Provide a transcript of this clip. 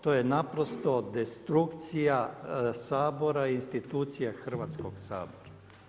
To je naprosto destrukcija Sabora i institucija Hrvatskog sabora.